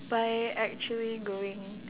by actually going